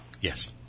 Yes